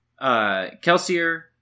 Kelsier